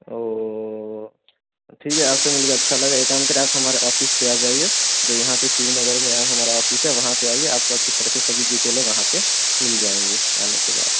ओह ठीक है आप से मिल के अच्छा लगा एक काम करें आप हमारा ऑफ़िस पर आ जाइए जो यहाँ पर शिवनगर में अब हमारा ऑफ़िस है वहाँ पर आइए आपको अच्छी तरह से सभी डिटेलें वहाँ पर मिल जाएँगी आने के बाद